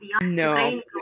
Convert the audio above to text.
No